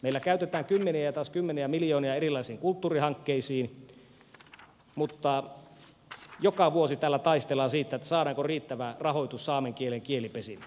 meillä käytetään kymmeniä ja taas kymmeniä miljoonia erilaisiin kulttuurihankkeisiin mutta joka vuosi täällä taistellaan siitä saadaanko riittävä rahoitus saamen kielen kielipesille